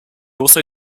also